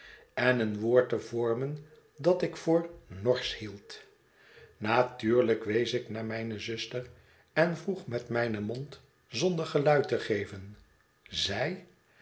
en een woord te vormen dat ik voor norsch meld natuurlijk wees ik naar mijne zuster en vroeg met mijn mond zonder geluid te geven zij